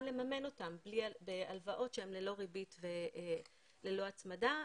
לממן אותם בהלוואות שהן ללא ריבית וללא הצמדה.